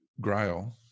grail